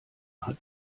hat